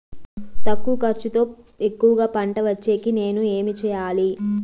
తక్కువ ఖర్చుతో ఎక్కువగా పంట వచ్చేకి నేను ఏమి చేయాలి?